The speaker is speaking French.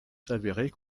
s’avérer